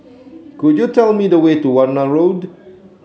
could you tell me the way to Warna Road